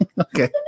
Okay